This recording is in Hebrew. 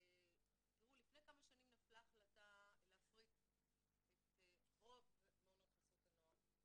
לפני כמה שנים נפלה החלטה להפריט את רוב מעונות חסות הנוער.